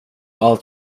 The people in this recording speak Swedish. allt